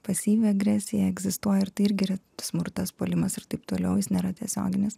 pasyvi agresija egzistuoja ir tai irgi yra smurtas puolimas ir taip toliau jis nėra tiesioginis